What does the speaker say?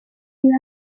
you